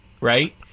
right